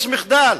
יש מחדל,